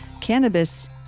cannabis